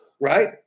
right